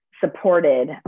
supported